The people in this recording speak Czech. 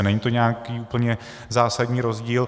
Není to nějaký úplně zásadní rozdíl.